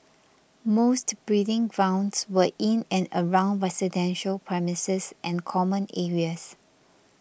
most breeding grounds were in and around residential premises and common areas